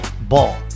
Ball